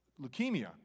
leukemia